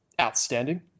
outstanding